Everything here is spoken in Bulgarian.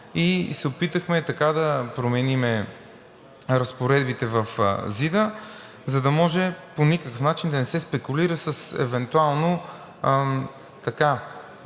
и се опитахме така да променим разпоредбите в ЗИД-а, за да може по никакъв начин да не се спекулира с евентуално